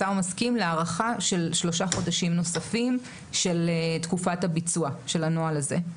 השר מסכים להארכה של שלושה חודשים נוספים של תקופת הביצוע של הנוהל הזה.